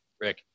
Rick